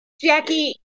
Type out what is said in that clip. Jackie